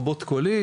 או בוט קולי,